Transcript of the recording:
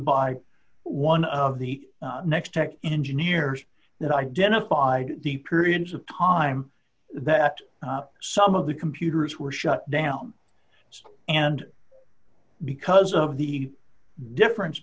by one of the next tech engineers that identified the periods of time that some of the computers were shut down and because of the difference